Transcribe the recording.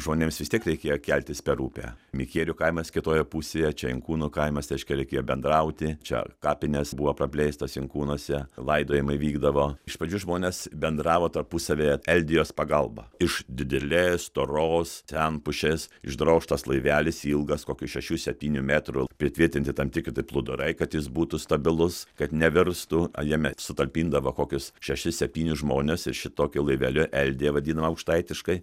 žmonėms vis tiek reikėjo keltis per upę mikierių kaimas kitoje pusėje čia inkūnų kaimas reiškia reikėjo bendrauti čia kapinės buvo praplėstas inkūnuose laidojimai vykdavo iš pradžių žmonės bendravo tarpusavyje eldijos pagalba iš didelės storos ten pušės išdrožtas laivelis ilgas kokių šešių septynių metrų pritvirtinti tam tikri tai plūdurai kad jis būtų stabilus kad nevirstų jame sutalpindavo kokius šešis septynis žmones i šitokiu laiveliu eldija vadinama aukštaitiškai